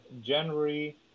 January